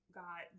got